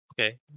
Okay